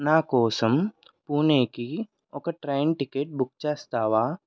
నాకోసం పూణేకి ఒక ట్రైన్ టికెట్ బుక్ చేస్తావా